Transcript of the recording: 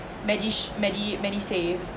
medis~ medi~ MediSave